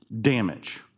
damage